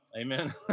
amen